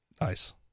Nice